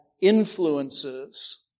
influences